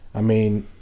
i mean,